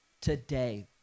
Today